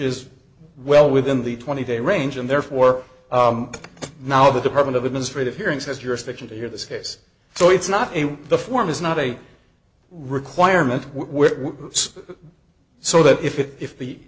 is well within the twenty day range and therefore now the department of administrative hearing says you're expecting to hear this case so it's not a the form is not a requirement we're so that if it if the